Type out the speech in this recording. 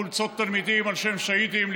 חולצות תלמידים על שם שהידים,